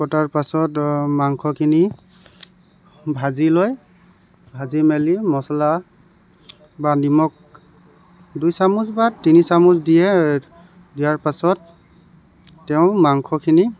কটাৰ পাছত মাংসখিনি ভাজি লয় ভাজি মেলি মছলা বা নিমখ দুই চামুচ বা তিনি চামুচ দিয়ে দিয়াৰ পাছত তেওঁ মাংসখিনি